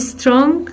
Strong